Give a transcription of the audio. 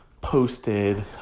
posted